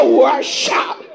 worship